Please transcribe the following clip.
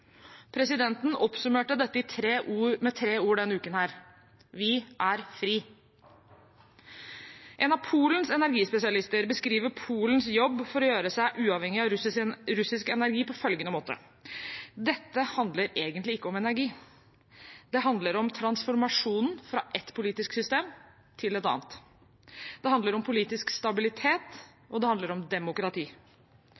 Presidenten oppsummerte dette med tre ord denne uken: Vi er fri. En av Polens energispesialister beskriver Polens jobb for å gjøre seg uavhengig av russisk energi på følgende måte: Dette handler egentlig ikke om energi, det handler om transformasjonen fra ett politisk system til et annet. Det handler om politisk stabilitet,